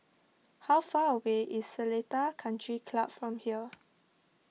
how far away is Seletar Country Club from here